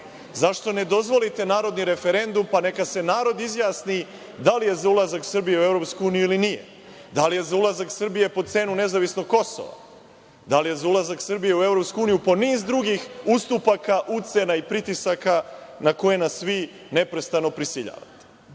Zašto ne dozvolite narodni referendum, pa neka se narod izjasni da li je za ulazak Srbije u EU ili nije? Da li je za ulazak Srbije po cenu nezavisnog Kosova? Da li je za ulazak Srbije u EU po niz drugih ustupaka, ucena i pritisaka na koje nas vi neprestano prisiljavate? Zašto